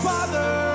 Father